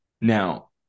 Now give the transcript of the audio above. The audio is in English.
now